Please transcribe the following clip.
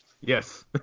Yes